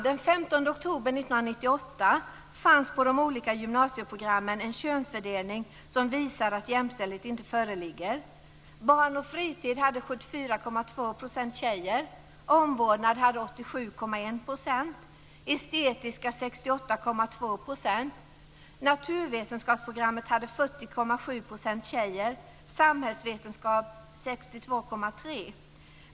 Den 15 oktober 1998 fanns på de olika gymnasieprogrammen en könsfördelning som visar att jämställdhet inte föreligger. Barn och fritid hade 74,2 % tjejer, omvårdnad 87,1 % och estetiska tjejer och samhällsvetenskap 62,3 %.